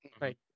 right